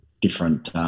different